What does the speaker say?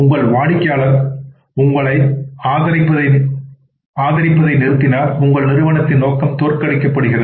உங்கள் வாடிக்கையாளர் உங்களை ஆதரிப்பதை நிறுத்தினால் உங்கள் நிறுவனத்தின் நோக்கம்தோற்கடிக்கப்படுகிறது